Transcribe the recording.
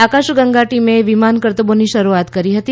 આકાશ ગંગા ટીમે વિમાન કરતબોની શરૂઆત કરી હતી